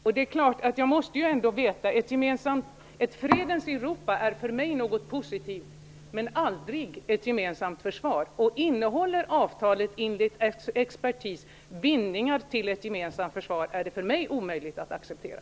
Ett fredens Europa är för mig någonting positivt, men det kan aldrig gälla ett gemensamt försvar. Innehåller avtalet enligt expertis bindningar till ett gemensamt försvar är det för mig omöjligt att acceptera.